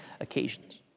occasions